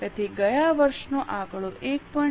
તેથી ગયા વર્ષનો આંકડો 1